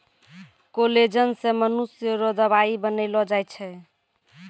collagen से मनुष्य रो दवाई बनैलो जाय छै